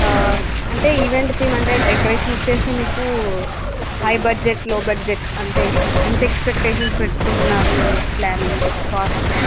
అంటే event theme అంటే decoration వచ్చి మీకు హై బడ్జెట్ లో బడ్జెట్ అంటే ఎంత ఎక్సపెక్టేషన్స్ పెట్టుకుంటున్నారు మీరు ప్లానింగ్కి కాస్ట్